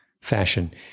fashion